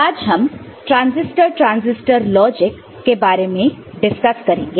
आज हम transistor transistor logic के बारे में डिस्कस करेंगे